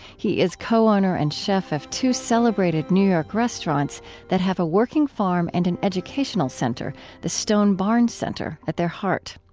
he is co-owner and chef of two celebrated new york restaurants that have a working farm and an educational center the stone barns center at their heart.